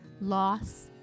loss